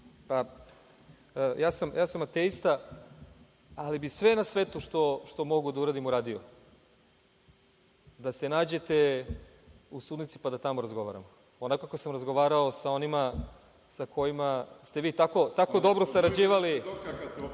ja sam ateista, ali bih sve na svetu što mogu da uradim uradio da se nađete u sudnici pa da tamo razgovaramo, onako kako sam razgovarao sa onima sa kojima ste vi tako dobro sarađivali.